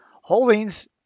holdings